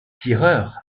tireur